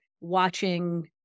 watching